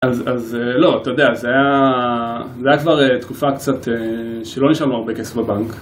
אז לא, אתה יודע, זה היה כבר תקופה קצת שלא נשאר לנו הרבה כסף בבנק.